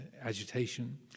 agitation